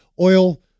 oil